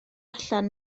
allan